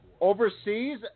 Overseas